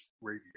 Radio